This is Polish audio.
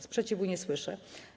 Sprzeciwu nie słyszę.